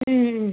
ம் ம்